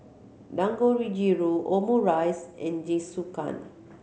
Dangojiru Omurice and Jingisukan